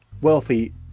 wealthy